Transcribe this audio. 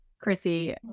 Chrissy